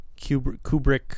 Kubrick